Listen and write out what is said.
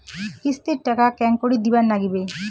কিস্তির টাকা কেঙ্গকরি দিবার নাগীবে?